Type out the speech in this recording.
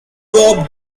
bob